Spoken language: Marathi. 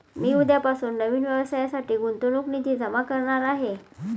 मी उद्यापासून नवीन व्यवसायासाठी गुंतवणूक निधी जमा करणार आहे